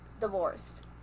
divorced